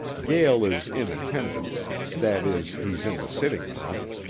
gael is in attendance that is, he's in the sitting-room.